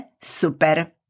super